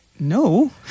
No